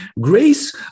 grace